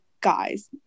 guys